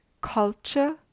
culture